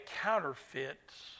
counterfeits